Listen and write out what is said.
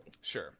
Sure